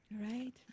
right